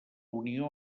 unió